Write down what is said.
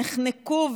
ונחנקו,